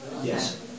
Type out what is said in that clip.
Yes